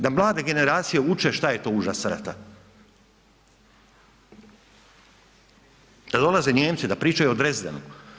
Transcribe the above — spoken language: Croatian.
Da mlade generacije uče šta je to užas rata, da dolaze Nijemci da pričaju o Dresdenu?